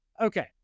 Okay